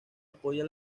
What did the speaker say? apoya